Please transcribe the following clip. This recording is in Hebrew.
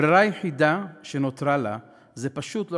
הברירה היחידה שנותרה לה היא פשוט לא